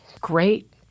great